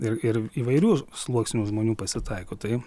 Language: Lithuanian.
ir ir įvairių sluoksnių žmonių pasitaiko tai